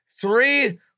Three